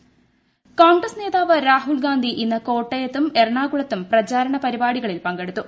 രാഹുൽ ഗാന്ധി കോൺഗ്രസ് നേതാവ് രാഹുൽ ഗാന്ധി ഇന്ന് കോട്ടയത്തും എറണാകുളത്തും പ്രചാരണ പരിപാടികളിൽ പങ്കെടുത്തു